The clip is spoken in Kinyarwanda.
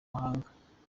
mahanga